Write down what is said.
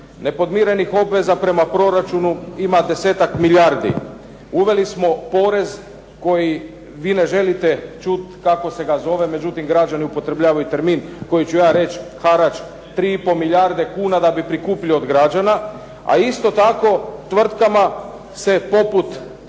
Nepodmirenih obveza prema proračunu ima 10-ak milijardi, uveli smo porez koji vi ne želite čuti kako se zove, međutim građani upotrebljavaju termin koji ću ja reći harač. 3,5 milijarde kuna da bi prikupili od građana. A isto tako tvrtkama se poput